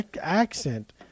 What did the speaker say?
accent